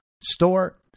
store